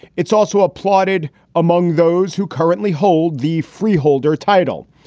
it's also applauded among those who currently hold the freeholder title.